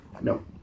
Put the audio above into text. No